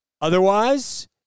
Otherwise